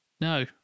No